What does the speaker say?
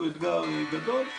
הוא אתגר גדול.